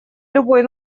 любой